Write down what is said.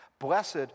Blessed